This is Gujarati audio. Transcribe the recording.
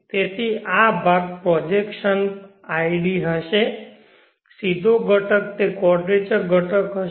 તેથી આ ભાગ આ પ્રોજેક્શન id હશે સીધો ઘટક તે ક્વોડરેચર ઘટક હશે